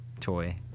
toy